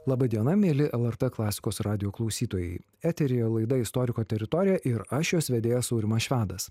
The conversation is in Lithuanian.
laba diena mieli lrt klasikos radijo klausytojai eteryje laida istoriko teritorija ir aš jos vedėjas aurimas švedas